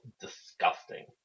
disgusting